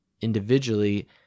individually